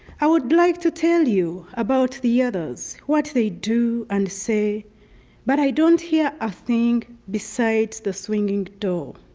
i would like to tell you about the others, what they do and say but i don't hear a thing besides the swinging door.